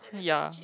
ya